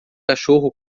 cachorro